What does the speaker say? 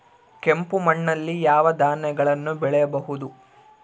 ಕೆಂಪು ಮಣ್ಣಲ್ಲಿ ಯಾವ ಧಾನ್ಯಗಳನ್ನು ಬೆಳೆಯಬಹುದು?